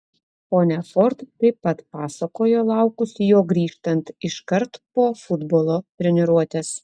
ponia ford taip pat pasakojo laukusi jo grįžtant iškart po futbolo treniruotės